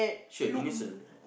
should innocent